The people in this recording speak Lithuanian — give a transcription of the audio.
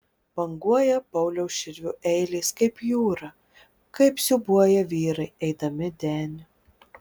banguoja pauliaus širvio eilės kaip jūra kaip siūbuoja vyrai eidami deniu